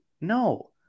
No